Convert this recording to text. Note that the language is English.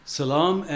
Salam